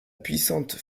puissante